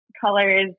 colors